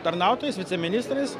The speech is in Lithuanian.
tarnautojais viceministrais